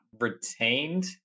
retained